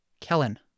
Kellen